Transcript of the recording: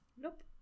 Nope